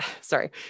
sorry